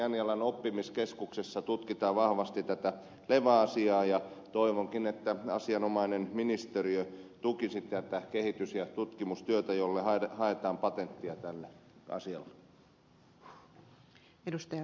anjalan oppimiskeskuksessa tutkitaan vahvasti tätä leväasiaa ja toivonkin että asianomainen ministeriö tukisi tätä kehitys ja tutkimustyötä jolla haetaan patenttia tälle asialle